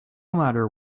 matter